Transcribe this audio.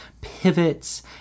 pivots